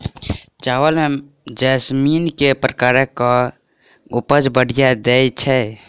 चावल म जैसमिन केँ प्रकार कऽ उपज बढ़िया दैय छै?